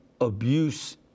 abuse